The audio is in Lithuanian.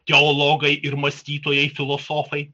teologai ir mąstytojai filosofai